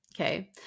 Okay